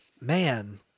Man